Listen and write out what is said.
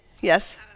yes